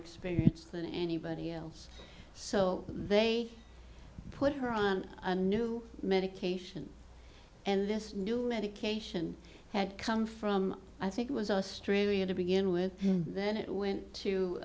experience than anybody else so they put her on a new medication and this new medication had come from i think it was australia to begin with then it went to